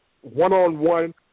one-on-one